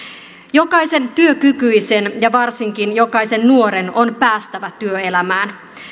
jokaisen työkykyisen ja varsinkin jokaisen nuoren on päästävä työelämään